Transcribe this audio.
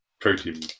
protein